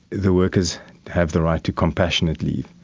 the workers have the right to compassionate leave.